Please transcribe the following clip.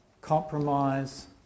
compromise